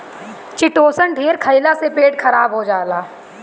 chitosan ढेर खईला से पेट खराब हो जाला